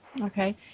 Okay